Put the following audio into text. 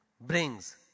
brings